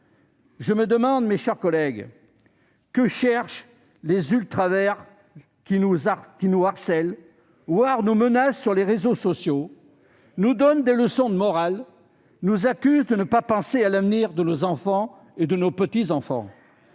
Je me demande, mes chers collègues, ce que cherchent les « ultraverts » qui nous harcèlent, voire nous menacent, sur les réseaux sociaux, nous donnent des leçons de morale, nous accusent de ne pas penser à l'avenir de nos enfants et de nos petits-enfants ;